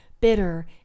bitter